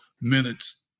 minutes